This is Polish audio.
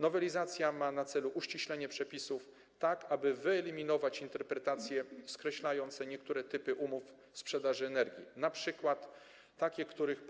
Nowelizacja ma na celu uściślenie przepisów, aby wyeliminować interpretacje skreślające niektóre typy umów sprzedaży energii, np. takie, których